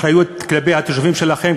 אחריות כלפי התושבים שלכם,